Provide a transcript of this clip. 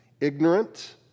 Ignorant